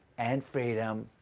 and freedom.